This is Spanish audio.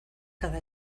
cada